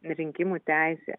rinkimų teisė